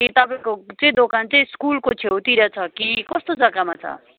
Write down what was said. के तपाईँको चाहिँ दोकान चाहिँ स्कुलको छेउतिर छ कि कस्तो जग्गामा छ